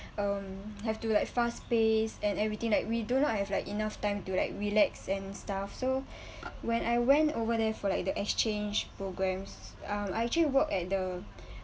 um have to like fast pace and everything like we do not have like enough time to like relax and stuff so when I went over there for like the exchange programs um I actually work at the